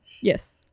yes